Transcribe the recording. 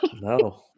No